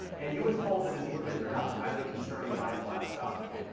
and he was told that his lipids are not highly concerning by his last doctor.